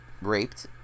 raped